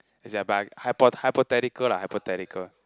it's like by hypo~ hypothetical lah hypothetical